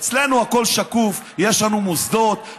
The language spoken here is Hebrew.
אצלנו הכול שקוף, יש לנו מוסדות.